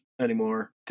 anymore